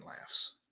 laughs